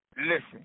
Listen